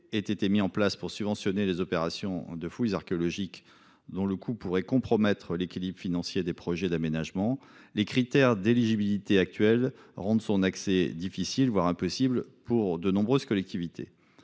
ait été mis en place pour subventionner les opérations de fouilles archéologiques, dont le coût pourrait compromettre l'équilibre financier des projets d'aménagement, les critères d'éligibilité actuels rendent son accès difficile- voire impossible -pour de nombreuses collectivités.